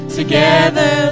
together